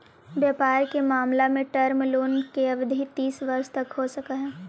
व्यापार के मामला में टर्म लोन के अवधि तीस वर्ष तक हो सकऽ हई